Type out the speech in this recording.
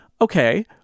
okay